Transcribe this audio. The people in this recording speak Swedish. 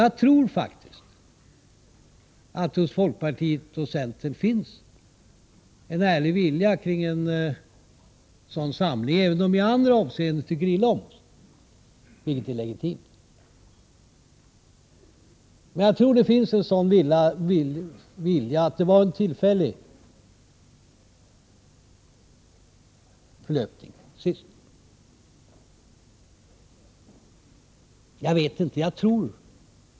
Jag tror faktiskt att det hos folkpartiet och centern finns en ärlig vilja till en sådan samling, även om de i andra avseenden tycker illa om oss, vilket är legitimt. Men jag tror som sagt att det finns en sådan vilja och att det var en tillfällig förlöpning sist. Jag vet inte — jag tror.